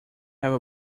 have